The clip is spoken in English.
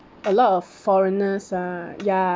a lot of foreigners ah ya